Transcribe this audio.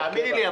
תאמיני לי,